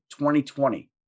2020